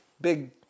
Big